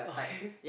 okay